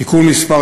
תיקון מס'